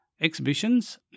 exhibitions